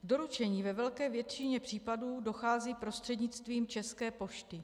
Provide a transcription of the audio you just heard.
K doručení ve velké většině případů dochází prostřednictvím České pošty.